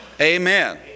Amen